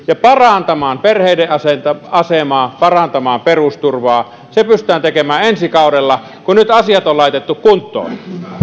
ja parantamaan perheiden asemaa parantamaan perusturvaa se pystytään tekemään ensi kaudella kun nyt asiat on laitettu kuntoon